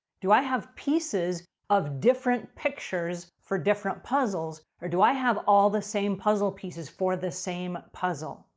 do i have pieces of different pictures for different puzzles, or do i have all the same puzzle pieces for the same puzzle?